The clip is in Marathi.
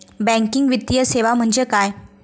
बँकिंग वित्तीय सेवा म्हणजे काय?